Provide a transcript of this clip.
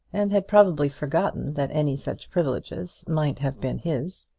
and had probably forgotten that any such privileges might have been his.